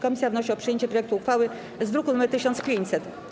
Komisja wnosi o przyjęcie projektu uchwały z druku nr 1500.